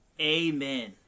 Amen